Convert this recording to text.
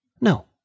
No